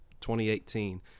2018